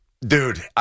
Dude